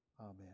Amen